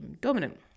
dominant